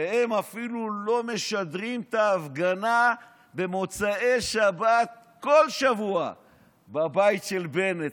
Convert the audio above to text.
והם אפילו לא משדרים את ההפגנה במוצאי שבת כל שבוע בבית של בנט.